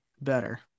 better